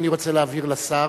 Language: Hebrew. אני רוצה להבהיר לשר